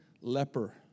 leper